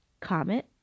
comment